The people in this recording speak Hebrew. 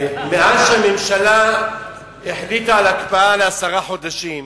מאז החליטה הממשלה על הקפאה לעשרה חודשים,